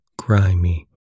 grimy